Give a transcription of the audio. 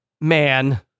man